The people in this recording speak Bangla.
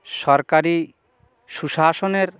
সরকারি সুশাসনের